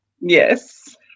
yes